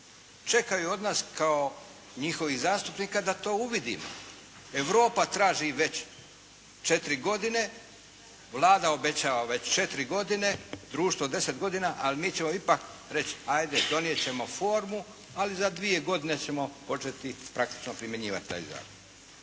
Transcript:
čekaju od nas kao njihovih zastupnika da to uvidimo. Europa traži već četiri godine, Vlada obećava već četiri godine, društvo 10 godina, a mi ćemo ipak reći ajde donijet ćemo formu ali za dvije godine ćemo početi praktično primjenjivati taj zakon.